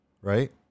Right